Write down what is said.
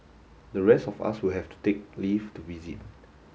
the rest of us will have to take leave to visit